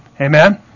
Amen